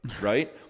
right